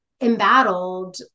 embattled